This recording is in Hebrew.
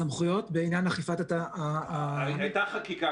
הסמכויות בעניין אכיפת --- הייתה חקיקה,